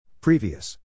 Previous